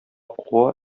куа